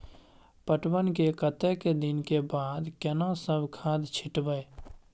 पटवन के कतेक दिन के बाद केना सब खाद छिटबै?